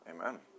amen